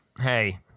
Hey